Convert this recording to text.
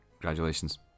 Congratulations